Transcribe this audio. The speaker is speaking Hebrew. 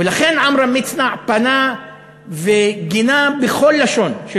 ולכן עמרם מצנע פנה וגינה בכל לשון של